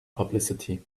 publicity